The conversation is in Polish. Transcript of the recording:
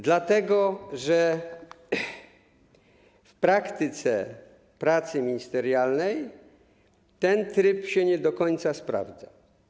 Dlatego że w praktyce pracy ministerialnej ten tryb się nie do końca sprawdza.